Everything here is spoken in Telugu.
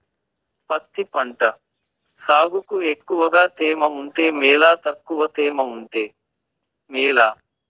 పత్తి పంట సాగుకు ఎక్కువగా తేమ ఉంటే మేలా తక్కువ తేమ ఉంటే మేలా?